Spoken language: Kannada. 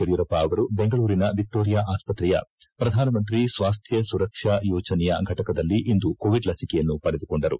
ಯಡಿಯೂರಪ್ಪ ಅವರು ಬೆಂಗಳೂರಿನ ವಿಕ್ಟೋರಿಯಾ ಆಸ್ವತ್ರೆಯ ಪ್ರಧಾನಮಂತ್ರಿ ಸ್ವಾಸ್ಟ ಸುರಕ್ಷಾ ಯೋಜನೆಯ ಫಟಕದಲ್ಲಿ ಇಂದು ಕೋವಿಡ್ ಲಸಿಕೆಯನ್ನು ಪಡೆದುಕೊಂಡರು